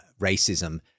racism